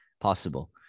possible